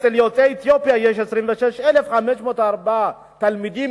אצל יוצאי אתיופיה יש 26,504 תלמידים,